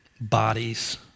bodies